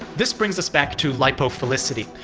this brings us back to lipophilicity.